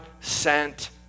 sent